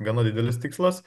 gana didelis tikslas